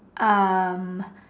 um